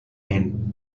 and